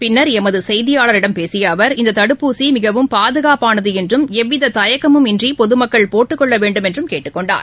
பின்னர் பேசியஅவர் இந்ததடுப்பூசிமிகவும் பாதுகாப்பானதுஎன்றும் எவ்விததயக்கமும் இன்றிபொதுமக்கள் போட்டுக் கொள்ளவேண்டுமென்றும் கேட்டுக் கொண்டார்